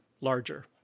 larger